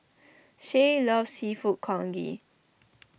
Shay loves Seafood Congee